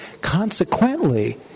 Consequently